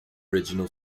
original